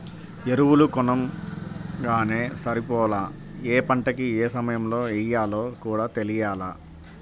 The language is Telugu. ఎరువులు కొనంగానే సరిపోలా, యే పంటకి యే సమయంలో యెయ్యాలో కూడా తెలియాల